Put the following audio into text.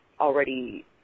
already